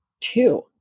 two